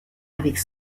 avec